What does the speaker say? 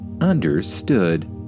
Understood